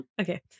Okay